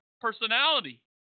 personality